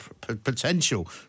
potential